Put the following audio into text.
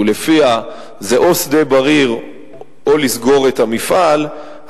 שלפיה זה או שדה-בריר או לסגור את המפעל,